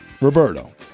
Roberto